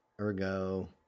Ergo